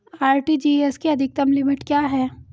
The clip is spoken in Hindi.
आर.टी.जी.एस की अधिकतम लिमिट क्या है?